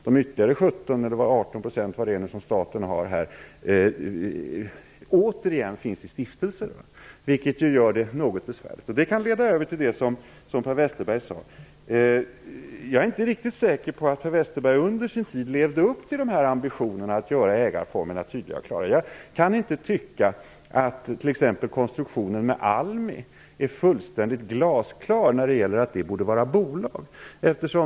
De ytterligare 17-18 % som staten har finns ju i stiftelser. Det gör det något besvärligt. Det leder över till det som Per Westerberg sade. Jag är inte riktigt säker på att Per Westerberg under sin tid som näringsminister levde upp till ambitionerna att göra ägarformerna tydliga och klara. Jag kan t.ex. inte tycka att det är fullständigt glasklart att konstruktionen med ALMI borde vara bolag.